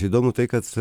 įdomu tai kad